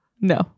No